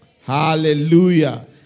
Hallelujah